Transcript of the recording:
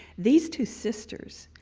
these two sisters,